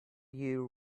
you